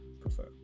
prefer